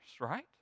right